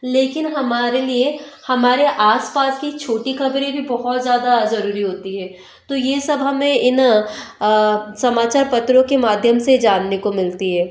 लेकिन हमारे लिए हमारे आस पास की छोटी ख़बरें भी बहुत ज़्यादा ज़रूरी होती हैं तो यह सब हमें इन समाचार पत्रों के माध्यम से जानने को मिलती है